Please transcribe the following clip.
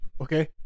Okay